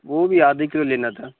وہ بھی آدھے کلو لینا تھا